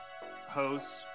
hosts